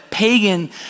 pagan